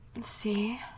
See